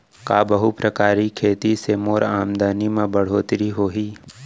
का बहुप्रकारिय खेती से मोर आमदनी म बढ़होत्तरी होही?